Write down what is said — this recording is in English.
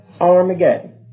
Armageddon